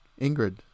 Ingrid